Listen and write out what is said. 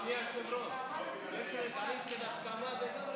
ההצעה להעביר את הצעת חוק הצעת חוק צעירים חסרי